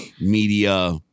media